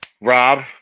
Rob